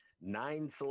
nine